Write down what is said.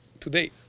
today